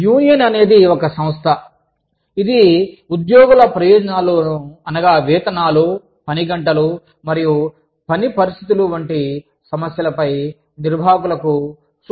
union అనేది ఒక సంస్థ ఇది ఉద్యోగుల ప్రయోజనాలను అనగా వేతనాలు పని గంటలు మరియు పని పరిస్థితులు వంటి సమస్యలపై నిర్వాహకులకు సూచిస్తుంది